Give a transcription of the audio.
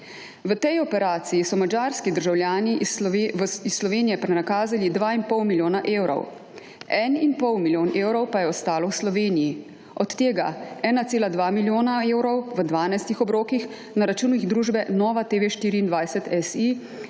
V tej operaciji so madžarski državljani iz Slovenije prenakazali 2 in pol milijona evrov. 1 in pol milijon evrov, pa je ostalo v Sloveniji. Od tega 1,2 milijona evrov v dvanajstih obrokih na računih družbe NovaTV24.si